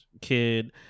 kid